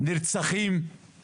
נרצחים.